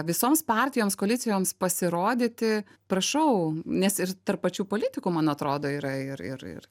visoms partijoms koalicijoms pasirodyti prašau nes ir tarp pačių politikų man atrodo yra ir ir ir